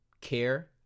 care